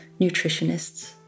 nutritionists